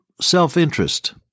self-interest